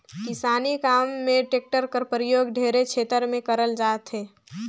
किसानी काम मे टेक्टर कर परियोग ढेरे छेतर मे करल जात अहे